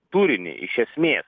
turinį iš esmės